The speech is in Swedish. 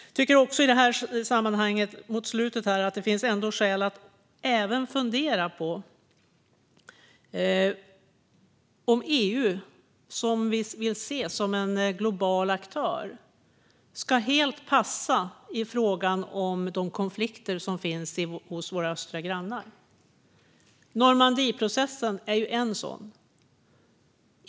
Jag tycker att det i detta sammanhang finns skäl att även fundera på om EU, som vi vill se som en global aktör, helt ska passa i fråga om de konflikter som finns hos våra östra grannar. Normandieprocessen är en sådan.